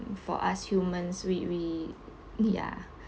for us humans we yeah